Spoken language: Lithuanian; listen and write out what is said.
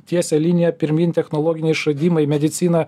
tiesia linija pirmyn technologiniai išradimai medicina